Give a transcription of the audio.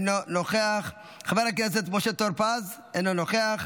אינו נוכח, חבר הכנסת משה טור פז, אינו נוכח,